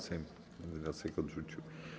Sejm wniosek odrzucił.